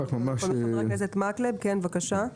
תחילה חבר הכנסת מקלב, בבקשה.